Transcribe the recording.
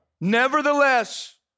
nevertheless